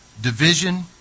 division